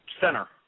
center